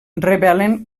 revelen